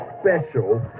special